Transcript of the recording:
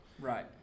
Right